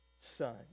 son